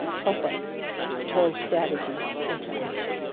help us turn strategy into action.